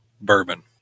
bourbon